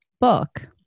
book